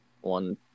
One